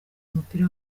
mupira